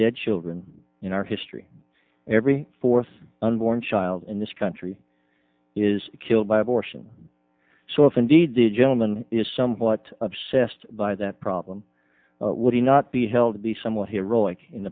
dead children in our history every fourth unborn child in this country is killed by abortion so if indeed the gentleman is somewhat obsessed by that problem would he not be held to be somewhat heroic in